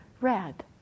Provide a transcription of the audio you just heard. red